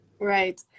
right